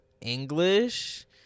English